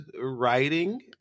writing